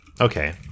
Okay